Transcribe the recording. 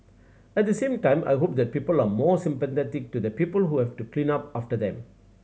at the same time I hope that people are more sympathetic to the people who have to clean up after them